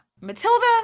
Matilda